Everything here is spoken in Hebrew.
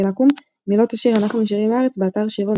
אקו"ם מילות השיר "אנחנו נשארים בארץ" באתר שירונט